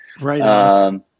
Right